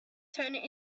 turned